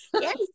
Yes